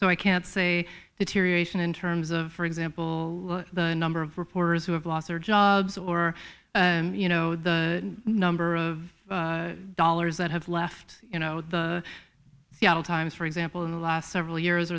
so i can't say that irrigation in terms of for example the number of reporters who have lost their jobs or you know the number of dollars that have left you know the seattle times for example in the last several years